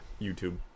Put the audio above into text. YouTube